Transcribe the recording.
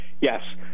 Yes